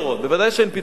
ודאי שאין פתרון.